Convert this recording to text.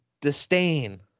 disdain